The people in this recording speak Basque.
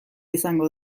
izango